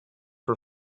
for